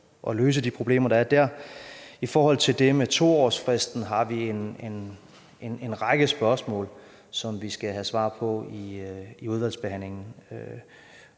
at løse de problemer, der er der. I forhold til det med 2-årsfristen har vi en række spørgsmål, som vi skal have svar på i udvalgsbehandlingen,